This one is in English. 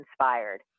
inspired